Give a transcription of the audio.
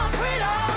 freedom